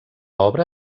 obra